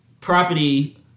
property